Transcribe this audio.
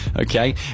Okay